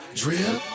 drip